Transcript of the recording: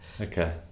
okay